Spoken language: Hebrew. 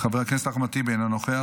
חבר הכנסת אחמד טיבי, אינו נוכח,